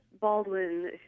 Baldwin